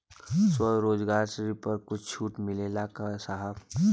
स्वरोजगार ऋण पर कुछ छूट मिलेला का साहब?